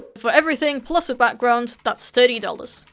for everything plus a background, that's thirty dollars.